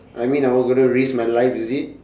I mean I will gonna risk my life is it